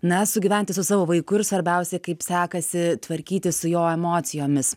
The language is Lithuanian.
na sugyventi su savo vaiku ir svarbiausia kaip sekasi tvarkytis su jo emocijomis